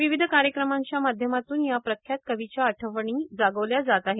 विविध कार्यक्रमांच्या माध्यमातून या प्रख्यात कवीच्या आठवणी जागवल्या जात आहेत